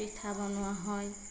পিঠা বনোৱা হয়